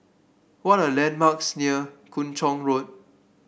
what are the landmarks near Kung Chong Road